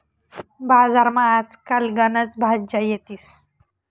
बजारमा आज काल गनच भाज्या येतीस